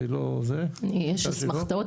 יש אסמכתאות.